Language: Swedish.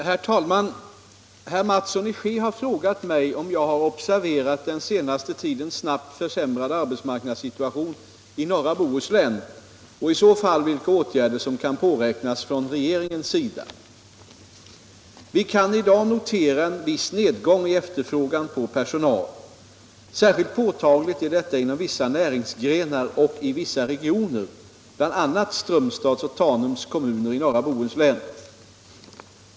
Herr talman! Herr Mattsson i Skee har frågat mig om jag har observerat den senaste tidens snabbt försämrade arbetsmarknadssituation i norra Bohuslän och i så fall vilka åtgärder som kan påräknas från regeringens sida. Vi kan i dag notera en viss nedgång i efterfrågan på personal. Särskilt påtagligt är detta inom vissa näringsgrenar och i vissa regioner, bl.a. Strömstads och Tanums kommuner i norra Bohuslän.